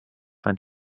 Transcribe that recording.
fan